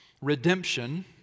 redemption